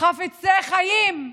חפצי חיים,